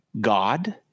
God